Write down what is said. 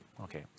Okay